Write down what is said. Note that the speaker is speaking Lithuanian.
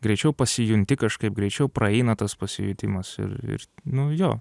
greičiau pasijunti kažkaip greičiau praeina tas pasikeitimas ir ir nu jo